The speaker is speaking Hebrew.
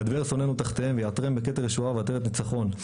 ידבר שונאינו תחתיהם ויעטרם בכתב ישועה ובעטרת ניצחון.